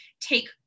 take